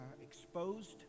exposed